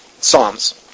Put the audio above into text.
Psalms